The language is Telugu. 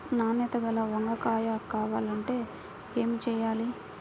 నాణ్యత గల వంగ కాయ కావాలంటే ఏమి చెయ్యాలి?